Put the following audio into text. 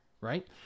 right